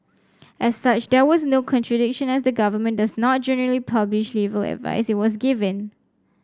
as such there was no contradiction as the government does not generally publish legal advice it was given